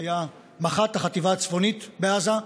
שהיה מח"ט החטיבה הצפונית בעזה.